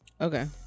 Okay